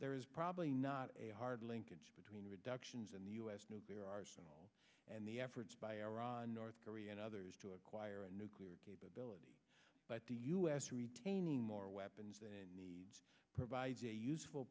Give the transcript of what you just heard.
there is probably not a hard linkage between reductions in the u s nuclear arsenal and the efforts by iraq north korea and others to acquire a nuclear capability but the us retaining more weapons and needs provides a useful